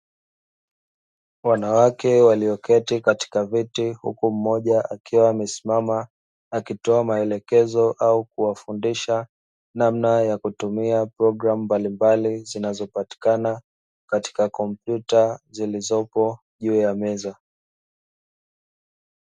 Wanawake walioketi katika viti, huku mmoja akiwa amesimama akitoa maelekezo au kuwafundisha namna ya kutumia programu mbalimbali zinazopatikana katika kompyuta zilizoko juu ya meza.